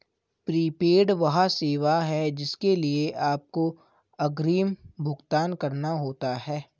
prepaid वह सेवा है जिसके लिए आपको अग्रिम भुगतान करना होता है